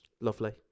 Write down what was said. Lovely